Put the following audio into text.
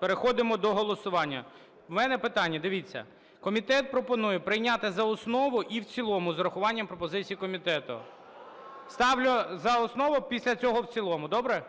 Переходимо до голосування. У мене питання. Дивіться, комітет пропонує прийняти за основу і в цілому з урахуванням пропозицій комітету. Ставлю за основу, після цього в цілому. Добре?